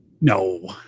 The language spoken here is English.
No